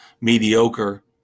mediocre